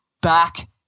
back